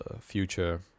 future